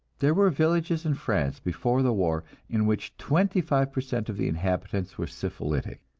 there were villages in france before the war in which twenty-five per cent of the inhabitants were syphilitic,